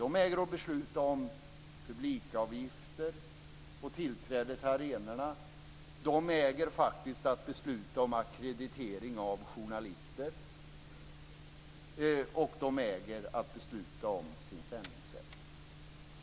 De äger att besluta om publikavgifter och tillträde till arenorna. De äger faktiskt att besluta om ackreditering av journalister, och de äger att besluta om sin sändningsrätt.